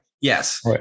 Yes